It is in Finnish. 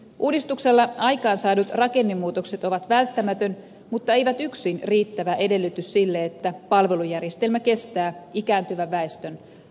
uudistuksella aikaansaadut rakennemuutokset ovat välttämätön mutta eivät yksin riittävä edellytys sille että palvelujärjestelmä kestää ikääntyvän väestön asettamat haasteet